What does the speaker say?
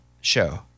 show